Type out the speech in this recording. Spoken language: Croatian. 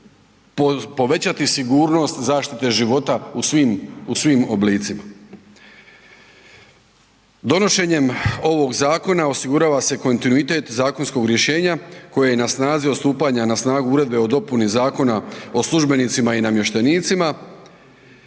povećati sigurnost zaštite života u svim oblicima. Donošenjem ovog zakona osigurava se kontinuitet zakonskog rješenja koje je na snazi od stupanja na snagu Uredbe o dopuni Zakona o službenicima i namještenicima